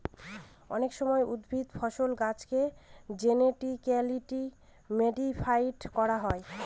অনেক সময় উদ্ভিদ, ফসল, গাছেকে জেনেটিক্যালি মডিফাই করা হয়